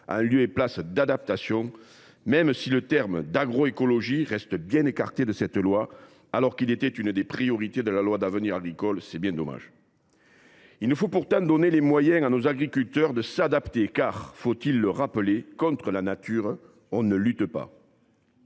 », en lieu et place « d’adaptation », même si le terme d’agroécologie reste écarté de cette loi, alors qu’il était l’une des priorités de la loi d’avenir agricole – c’est bien dommage. Il nous faut pourtant donner les moyens à nos agriculteurs de s’adapter, car – faut il le rappeler – contre la nature, on ne lutte pas.